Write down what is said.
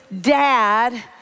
dad